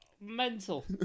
mental